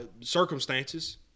circumstances